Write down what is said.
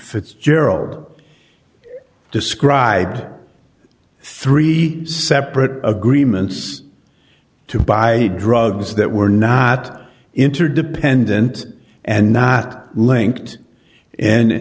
fitzgerald described three separate agreements to buy drugs that were not interdependent and not linked and